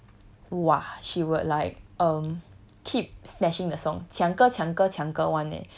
!wah! she would like um keep snatching the song 抢歌抢歌抢歌 [one] leh